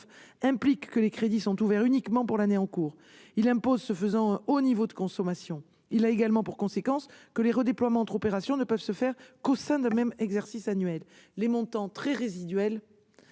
implique que les crédits soient ouverts uniquement pour l'année en cours. Il impose ce faisant un haut niveau de consommation. Il a également pour conséquence que les redéploiements entre opérations ne peuvent se faire qu'au sein d'un même exercice annuel. Les montants tout à fait résiduels-